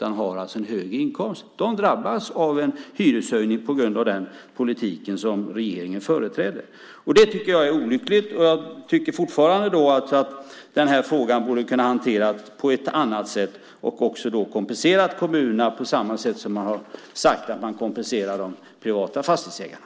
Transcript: De har alltså en högre inkomst. De drabbas av en hyreshöjning på grund av den politik som regeringen företräder. Det tycker jag är olyckligt. Jag tycker fortfarande att den här frågan borde kunna hanteras på ett annat sätt och att kommunerna då också kompenseras på samma sätt som man har sagt att man kompenserar de privata fastighetsägarna.